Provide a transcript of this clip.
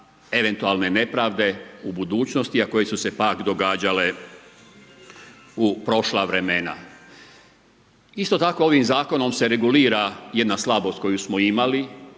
eventualne nepravde u budućnosti a koje su se pak događale u prošla vremena. Isto tako ovim zakonom se regulira jedna slabost koju smo imali